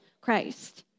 christ